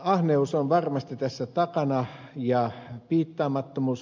ahneus on varmasti tässä takana ja piittaamattomuus